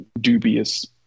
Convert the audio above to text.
dubious